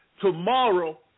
Tomorrow